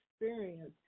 experience